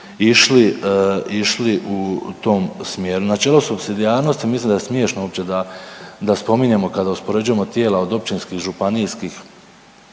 išli u tom smjeru. Načelo supsidijarnosti mislim da je smiješno uopće da spominjemo kada uspoređujemo tijela od općinskih, županijskih,